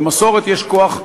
למסורת יש כוח.